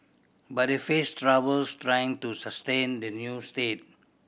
but they face troubles trying to sustain the new state